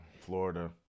Florida